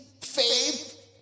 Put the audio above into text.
faith